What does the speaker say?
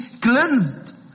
cleansed